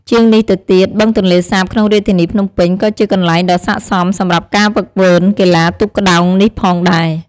ជាងនេះទៅទៀតបឹងទន្លេសាបក្នុងរាជធានីភ្នំពេញក៏ជាកន្លែងដ៏ស័ក្តិសមសម្រាប់ការហ្វឹកហ្វឺនកីឡាទូកក្ដោងនេះផងដែរ។